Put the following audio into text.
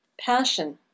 passion